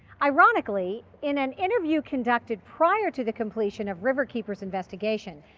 ironically, in an interview conducted prior to the completion of riverkeeper's investigation,